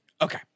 Okay